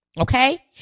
okay